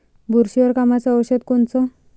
बुरशीवर कामाचं औषध कोनचं?